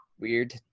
weird